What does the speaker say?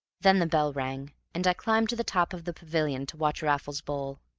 then the bell rang, and i climbed to the top of the pavilion to watch raffles bowl.